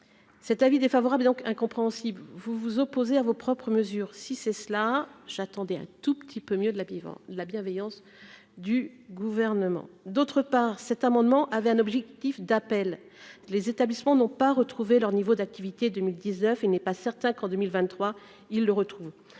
cet avis défavorable, donc incompréhensible, vous vous opposez à vos propres mesures, si c'est cela, j'attendais un tout petit peu mieux de la vivant la bienveillance du gouvernement, d'autre part, cet amendement avait un objectif d'appel les établissements n'ont pas retrouvé leur niveau d'activité 2000 19 et n'est pas certain qu'en 2023, il le retrouve,